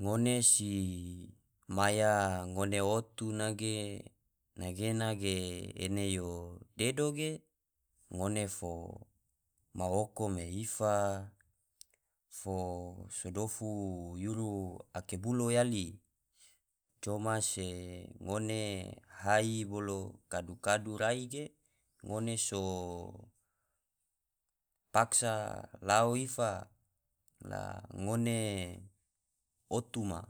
Ngone si maya ngone otu nage nagena ge ene yo dedo ge, ngone fo ma oko me ifa, fo so dofu yuru ake bulo yali, coma se ngone hai bolo kadu kadu rai ge ngone so paksa lao ifa la ngone otu ma,